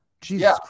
jesus